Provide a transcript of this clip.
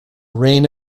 reign